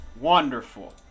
Wonderful